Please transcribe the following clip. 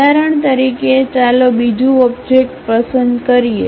ઉદાહરણ તરીકે ચાલો બીજું ઓબ્જેક્ટ પસંદ કરીએ